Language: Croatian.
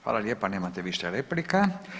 Hvala lijepa, nemate više replika.